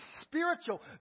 spiritual